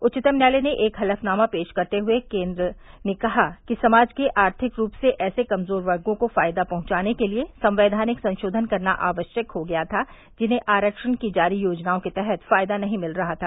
उच्चतम न्यायालय में एक हलफनामा पेश करते हुए केन्द्र ने कहा कि समाज के आर्थिक रूप से ऐसे कमजोर वर्गों को फायदा पहुंचाने के लिए संवैधानिक संशोधन करना आवश्यक हो गया था जिन्हें आरक्षण की जारी योजनाओं के तहत फायदा नहीं मिल रहा था